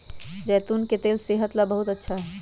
जैतून के तेल सेहत ला बहुत अच्छा हई